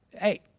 Hey